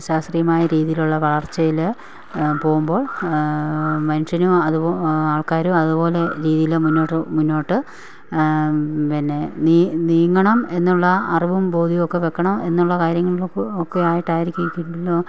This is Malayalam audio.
ശാസ്ത്രീയമായ രീതിയിലുള്ള വളർച്ചയിൽ പോവുമ്പോൾ മനുഷ്യനും അതു ആൾക്കാരും അതുപോലെ രീതിയിൽ മുന്നോട്ട് മുന്നോട്ട് പിന്നെ നീങ്ങണം എന്നുള്ള അറിവും ബോധ്യവുമൊക്കെ വയ്ക്കണം എന്നുള്ള കാര്യങ്ങൾക്കും ഒക്കെ ആയിട്ടായിരിക്കും ഈ കിൻഡില്